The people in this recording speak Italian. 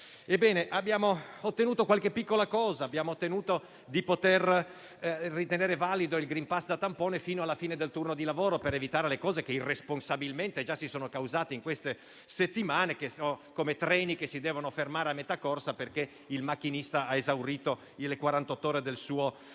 abbiamo ottenuto qualche piccola cosa, ossia di poter ritenere valido il *green pass* da tampone fino alla fine del turno di lavoro, per evitare le cose che irresponsabilmente già sono accadute in queste settimane, come ad esempio treni che si devono fermare a metà corsa perché il macchinista ha esaurito le quarantotto ore